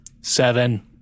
Seven